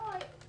לא,